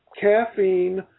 Caffeine